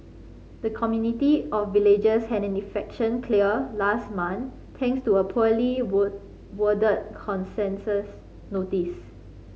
her community of villagers had an eviction clear last month thanks to a poorly word worded concensus notice